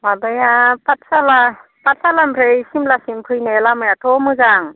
माबाया पाटसाला पाटसालानिफ्राय सिमलासिम फैनाय लामायाथ' मोजां